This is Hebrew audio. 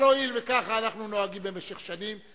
אבל הואיל וכך אנחנו נוהגים במשך שנים,